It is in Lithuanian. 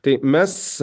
tai mes